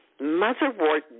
Motherwort